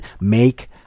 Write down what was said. make